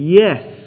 yes